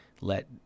let